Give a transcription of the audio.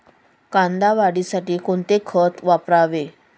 कांदा वाढीसाठी कोणते खत वापरावे?